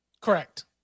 Correct